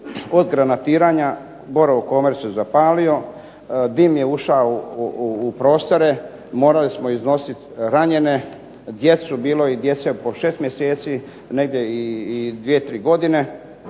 kod granatiranja "Borovo commerc" se zapalio, dim je ušao u prostore, morali smo iznositi ranjene, djecu. Bilo je i djeci po šest mjeseci, negdje i dvije, tri godine.